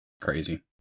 crazy